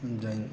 जायो